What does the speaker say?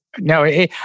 No